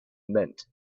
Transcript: meant